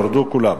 הורדו כולן.